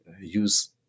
use